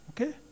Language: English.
Okay